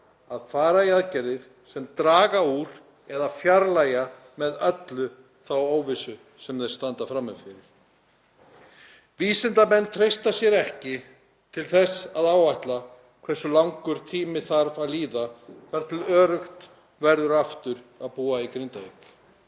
að fara í aðgerðir sem draga úr eða fjarlægja með öllu þá óvissu sem þeir standa frammi fyrir. Vísindamenn treysta sér ekki til þess að áætla hversu langur tími þarf að líða þar til öruggt verður aftur að búa í Grindavík.